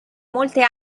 molte